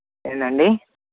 ఏంటండి